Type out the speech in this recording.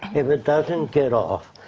if it doesn't, get off.